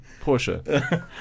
Porsche